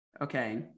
okay